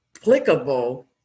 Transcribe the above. applicable